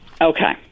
Okay